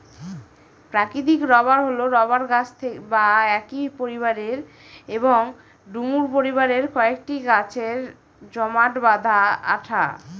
প্রাকৃতিক রবার হল রবার গাছ বা একই পরিবারের এবং ডুমুর পরিবারের কয়েকটি গাছের জমাট বাঁধা আঠা